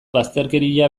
bazterkeria